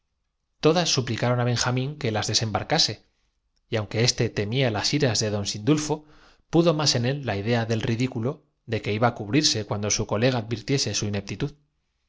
todas suplicaron á benjamín que las desembarcase y aunque éste temía las iras de don sindulfo pudo más en él la idea del ridículo de que iba á cubrirse cuando su colega advirtiese su